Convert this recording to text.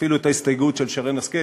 אפילו את ההסתייגות של שרן השכל,